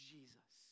Jesus